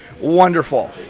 wonderful